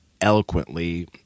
eloquently